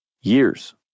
years